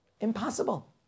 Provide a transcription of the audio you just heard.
Impossible